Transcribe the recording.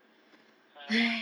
ha